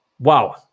wow